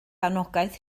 anogaeth